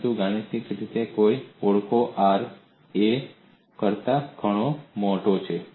પરંતુ ગાણિતિક રીતે ઓળખો R એ a કરતા ઘણો મોટો છે